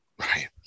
Right